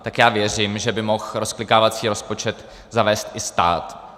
Tak já věřím, že by mohl rozklikávací rozpočet zavést i stát.